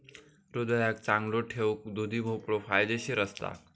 हृदयाक चांगलो ठेऊक दुधी भोपळो फायदेशीर असता